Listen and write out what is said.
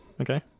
Okay